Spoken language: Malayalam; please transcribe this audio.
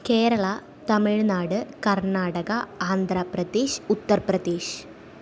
കേരള തമിഴ്നാട് കർണ്ണാടക ആന്ധ്രാപ്രദേശ് ഉത്തർപ്രദേശ്